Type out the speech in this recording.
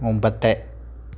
മുമ്പത്തെ